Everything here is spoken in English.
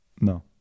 No